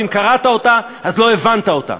ואם קראת אותה אז לא הבנת אותה.